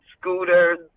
scooters